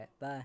Bye